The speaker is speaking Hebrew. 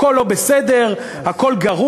הכול לא בסדר, הכול גרוע.